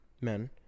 men